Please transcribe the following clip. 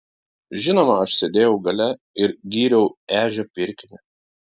žinoma aš sėdėjau gale ir gyriau ežio pirkinį